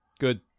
good